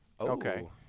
Okay